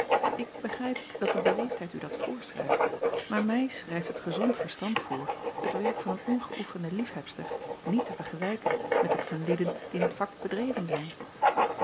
ik begrijp dat de beleefdheid u dat voorschrijft maar mij schrijft het gezond verstand voor het werk van een ongeöefende liefhebster niet te vergelijken met dat van lieden die in t vak bedreven zijn